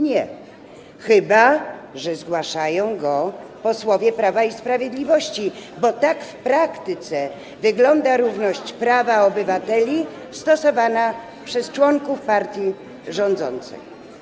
Nie, chyba że zgłaszają ją posłowie Prawa i Sprawiedliwości, bo tak w praktyce wygląda równość obywateli wobec prawa stosowana przez członków partii rządzącej.